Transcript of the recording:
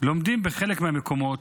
לומדים בחלק מהמקומות.